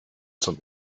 zum